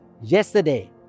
yesterday